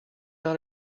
not